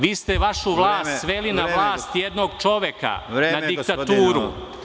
Vi ste vašu vlast sveli na vlast jednog čoveka, na diktaturu.